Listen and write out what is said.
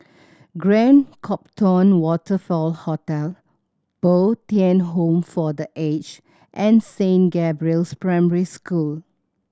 Grand Copthorne Waterfront Hotel Bo Tien Home for The Age and Saint Gabriel's Primary School